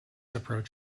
approach